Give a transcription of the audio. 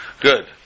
Good